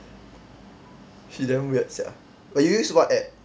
she damn weird sia you use what app